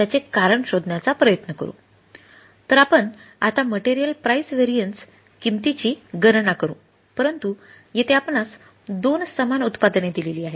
तर आपण आता मटेरियल प्राइस व्हेरिएन्स किंमतीं ची गणना करू परंतु येते आपणास दोन समान उत्पादने दिलेली आहेत